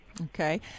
Okay